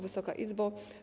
Wysoka Izbo!